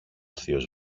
θείος